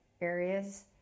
areas